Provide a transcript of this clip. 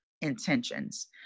intentions